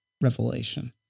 Revelation